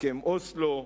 הסכם אוסלו,